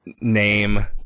name